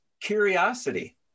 curiosity